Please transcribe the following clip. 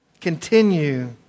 Continue